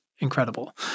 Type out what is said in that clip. incredible